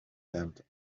damned